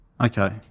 okay